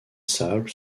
sable